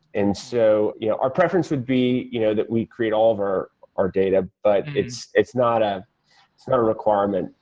and so yeah our preference would be you know that we create all of our our data, but it's it's not ah not a requirement.